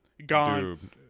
gone